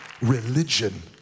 religion